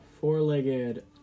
four-legged